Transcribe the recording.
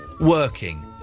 working